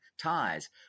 ties